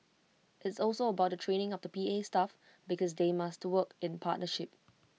it's also about the training of the P A staff because they must work in partnership